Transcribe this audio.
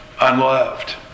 unloved